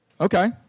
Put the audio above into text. Okay